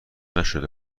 نشده